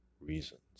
reasons